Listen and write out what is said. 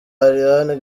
ariana